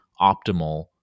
optimal